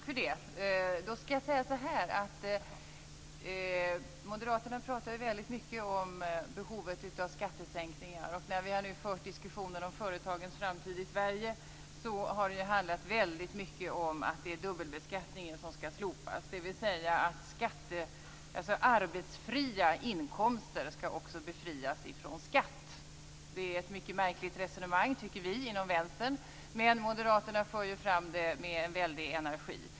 Fru talman! Moderaterna pratar mycket om behovet av skattesänkningar. När vi har fört diskussioner om företagens framtid i Sverige har det i mycket handlat om att dubbelbeskattningen skall slopas, dvs. att arbetsfria inkomster också skall befrias från skatt. Det är ett mycket märkligt resonemang tycker vi inom Vänstern. Men Moderaterna för fram detta med väldig energi.